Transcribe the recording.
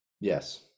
Yes